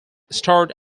starred